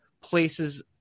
places